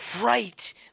Right